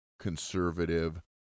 Conservative